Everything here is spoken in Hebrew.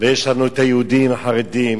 ויש לנו היהודים החרדים